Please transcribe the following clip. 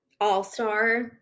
all-star